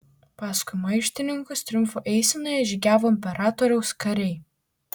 paskui maištininkus triumfo eisenoje žygiavo imperatoriaus kariai